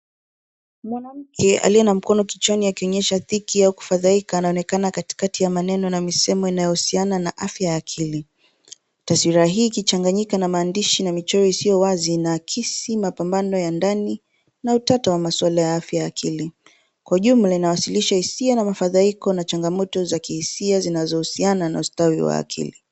Mwanamke aliye na mkono kichwani akionyesha dhiki au kafadhahika, anaonekana akiwa katikati ya maneno na misemo inayohusiana na afya ya akili. Taaswira hii ikichanganyika na maandishi na michoro isiyo wazi, inaakisi mapambano ya ndani na utata wa maswala ya afya ya akili. Kwa ujumla inawasilisha hisia na mafadhahiko na changamoto za kihisia zinazohusiana na ustawi wa akili.